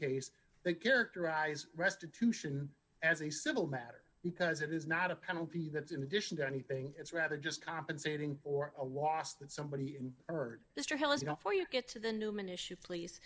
case that characterize restitution as a civil matter because it is not a penalty that's in addition to anything it's rather just compensating or a loss that somebody in erd mr hill is not for you get to the newman issue please